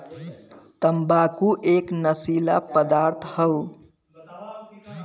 तम्बाकू एक नसीला पदार्थ हौ